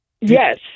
Yes